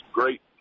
great